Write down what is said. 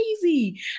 crazy